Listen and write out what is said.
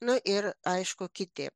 nu ir aišku kiti